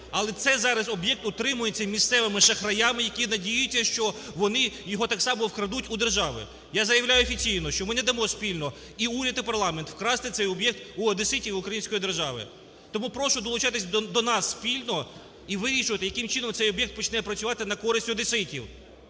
Але цей зараз об'єкт утримується місцевими шахраями, які надіються, що вони його так само вкрадуть у держави. Я заявляю офіційно, що ми не дамо спільно, і уряд і парламент, украсти цей об'єкт в одеситів і української держави. Тому прошу долучатися до нас спільно і вирішувати, яким чином цей об'єкт почне працювати на користь одеситів,